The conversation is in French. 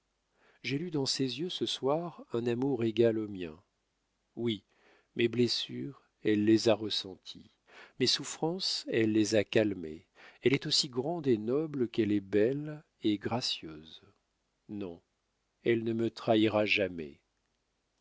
j'ai lu dans ses yeux ce soir un amour égal au mien oui mes blessures elle les a ressenties mes souffrances elle les a calmées elle est aussi grande et noble qu'elle est belle et gracieuse non elle ne me trahira jamais